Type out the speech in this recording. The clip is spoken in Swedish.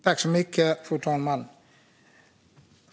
Fru talman!